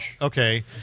Okay